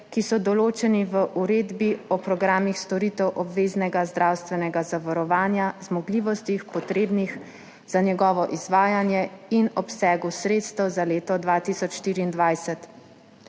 ki so določeni v Uredbi o programih storitev obveznega zdravstvenega zavarovanja, zmogljivostih, potrebnih za njegovo izvajanje, in obsegu sredstev za leto 2024.